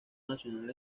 nacional